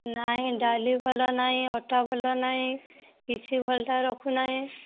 ନାହିଁ ଡାଲି ଭଲ ନାହିଁ ଅଟା ଭଲ ନାହିଁ କିଛି ଭଲ ରଖୁନାହିଁ